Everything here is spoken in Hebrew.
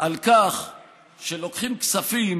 על כך שלוקחים כספים